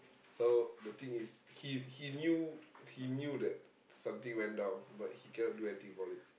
so the thing is he he knew he knew that something went down but he cannot do anything about it